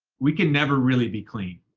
we can never really be clean.